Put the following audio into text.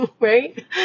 right